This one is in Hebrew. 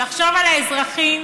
לחשוב על האזרחים